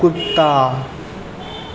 कुत्ता